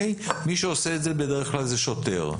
מי שעושה את זה בדרך כלל זה שוטר.